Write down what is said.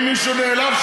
אם מישהו נעלב,